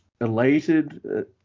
elated